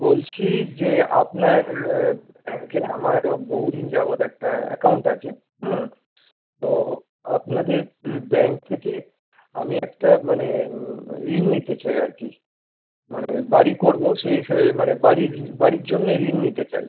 বলছি যে আপনার ব্যাঙ্কে না আমার বহু দিন যাবদ একটা অ্যাকাউন্ট আছে হুম তো আপনাদের ব্যাঙ্কে থেকে আমি একটা মানে ঋণ নিতে চাই আর কি মানে বাড়ি করবো সেই হিসেবে মানে বাড়ির বাড়ির জন্যে ঋণ নিতে চাই